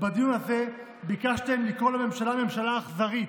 ובדיון הזה ביקשתם לקרוא לממשלה ממשלה אכזרית.